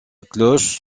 cloche